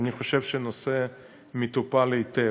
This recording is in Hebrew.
אני חושב שהנושא מטופל היטב.